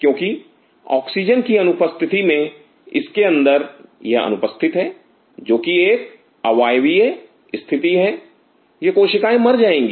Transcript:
क्योंकि ऑक्सीजन की अनुपस्थिति में इसके अंदर यह अनुपस्थित है जो कि एक अवायवीय स्थिति है यह कोशिकाएं मर जाएंगी